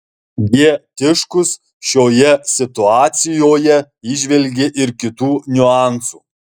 g tiškus šioje situacijoje įžvelgė ir kitų niuansų